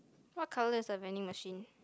what colour is the vending machine